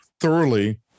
thoroughly